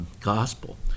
gospel